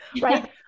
right